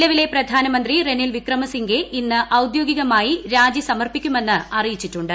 നിലവിലെ പ്രധാനമന്ത്രി റെനിൽ വിക്രമസിംഗെ ഇന്ന് ഔദ്യോഗികമായി രാജിസമർപ്പിക്കുമെന്ന് അറിയിച്ചിട്ടുണ്ട്